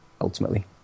ultimately